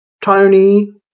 Tony